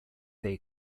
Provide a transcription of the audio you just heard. day